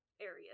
areas